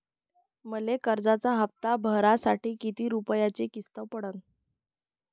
मले कर्जाचा हप्ता भरासाठी किती रूपयाची किस्त पडन?